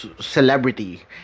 celebrity